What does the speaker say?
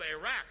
Iraq